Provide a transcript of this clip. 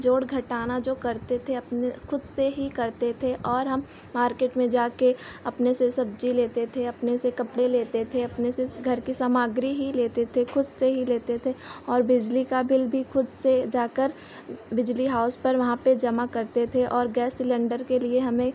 जोड़ घटाना जो करते थे अपने खुद से ही करते थे और हम मार्केट में जाकर अपने से सब्ज़ी लेते थे अपने से कपड़े लेते थे अपने से घर की सामग्री ही लेते थे खुद से ही लेते थे और बिजली का बिल भी खुद से जाकर बिजली हाउस पर वहाँ पर जमा करते थे और गैस सिलेन्डर के लिए हमें